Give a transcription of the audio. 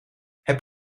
heb